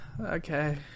Okay